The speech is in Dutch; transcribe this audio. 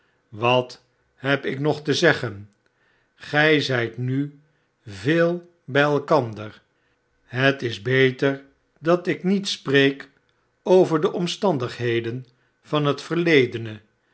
wat heb ik nog te zeggen gij zijt nu veel bij elkander het is beter dat ik met spreek over de omstandigheden van het verledene